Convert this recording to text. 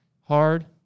hard